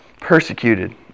persecuted